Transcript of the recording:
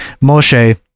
Moshe